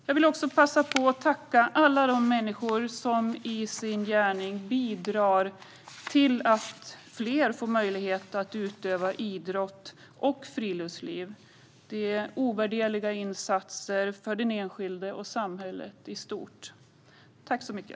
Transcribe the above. Jag vill också passa på att tacka alla de människor som i sin gärning bidrar till att fler får möjligheten att utöva idrott och friluftsliv. Det är ovärderliga insatser för den enskilde och för samhället i stort. Tack så mycket!